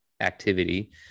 activity